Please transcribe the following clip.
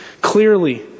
clearly